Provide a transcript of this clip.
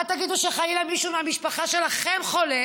מה תגידו כשחלילה מישהו מהמשפחה שלכם חולה